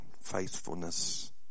Faithfulness